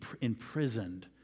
imprisoned